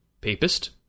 Papist